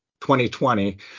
2020